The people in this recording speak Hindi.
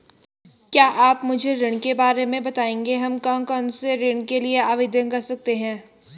क्या आप मुझे ऋण के बारे में बताएँगे हम कौन कौनसे ऋण के लिए आवेदन कर सकते हैं?